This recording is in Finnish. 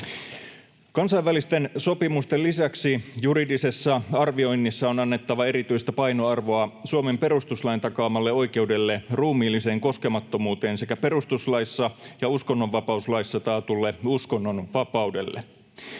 Kansainvälisten sopimusten lisäksi juridisessa arvioinnissa on annettava erityistä painoarvoa Suomen perustuslain takaamalle oikeudelle ruumiilliseen koskemattomuuteen sekä perustuslaissa ja uskonnonvapauslaissa taatulle uskonnonvapaudelle.